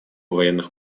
военных